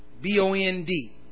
B-O-N-D